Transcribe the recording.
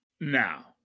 now